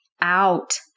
out